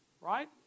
right